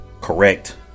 correct